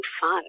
fun